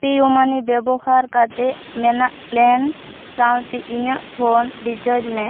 ᱯᱮᱣᱩᱢᱟᱹᱱᱤ ᱵᱮᱵᱚᱦᱟᱨ ᱠᱟᱛᱮᱫ ᱢᱮᱱᱟᱜ ᱯᱞᱟᱱ ᱥᱟᱶᱛᱮ ᱤᱧᱟᱹᱜ ᱯᱷᱳᱱ ᱨᱤᱪᱟᱨᱡᱽ ᱢᱮ